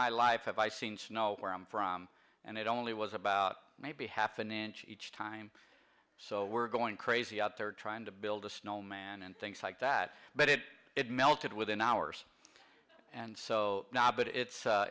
my life have i seen snow where i'm from and it only was about maybe half an inch each time so we're going crazy out there trying to build a snowman and things like that but it it melted within hours and so now but it's